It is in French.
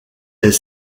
est